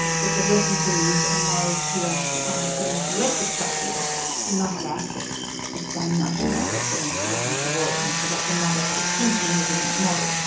that the refugees and those who are seen as less attractive do not have access to this same notion of of being a citizen of the world, and so that's another sort of tension within that model.